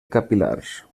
capil·lars